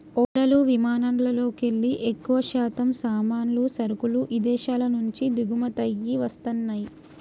ఓడలు విమానాలల్లోకెల్లి ఎక్కువశాతం సామాన్లు, సరుకులు ఇదేశాల నుంచి దిగుమతయ్యి వస్తన్నయ్యి